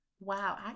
wow